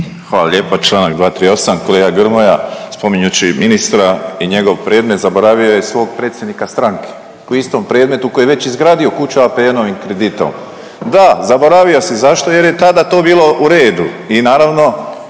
Hvala lijepo, čl. 238., kolega Grmoja spominjući ministra i njegov predmet zaboravio je svog predsjednika stranke koji je u istom predmetu, koji je već izgradio kuću APN-ovim kreditom. …/Upadica Grmoja se ne razumije/… Da, zaboravio si, zašto, jer je tada to bilo u redu i naravno